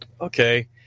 Okay